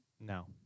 no